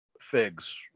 figs